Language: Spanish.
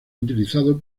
utilizado